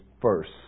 first